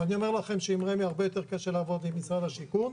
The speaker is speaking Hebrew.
ואני אומר לכם שעם רמ"י הרבה יותר קשה לעבוד עם משרד השיכון.